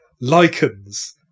lichens